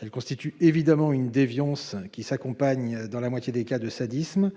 elle constitue évidemment une déviance qui s'accompagne, dans la moitié des cas, de sadisme.